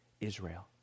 Israel